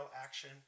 action